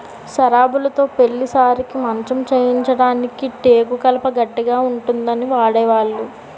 సరాబులుతో పెళ్లి సారెకి మంచం చేయించడానికి టేకు కలప గట్టిగా ఉంటుందని వాడేవాళ్లు